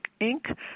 Inc